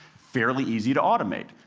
fairly easy to automate.